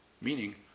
Meaning